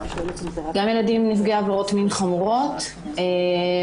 גם ילדים נפגעי עבירות מין חמורות ובוודאי